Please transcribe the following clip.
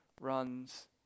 runs